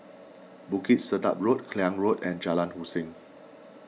Bukit Sedap Road Klang Road and Jalan Hussein